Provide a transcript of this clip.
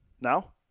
now